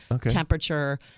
temperature